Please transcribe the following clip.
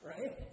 Right